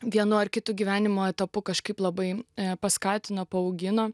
vienu ar kitu gyvenimo etapu kažkaip labai paskatino paaugino